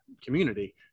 community